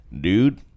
Dude